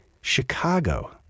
Chicago